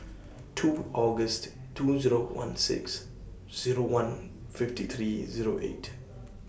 two August two Zero one six Zero one fifty three Zero eight